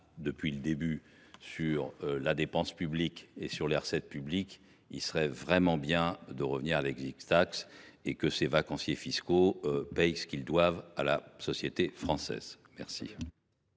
arbitrages sur la dépense publique et les recettes publiques, il serait vraiment bien de revenir à l’, afin que ces vacanciers fiscaux paient ce qu’ils doivent à la société française.